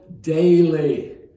daily